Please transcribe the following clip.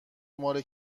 مال